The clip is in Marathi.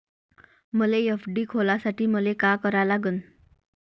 मले एफ.डी खोलासाठी मले का करा लागन?